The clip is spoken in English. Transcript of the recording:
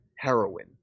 heroin